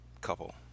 couple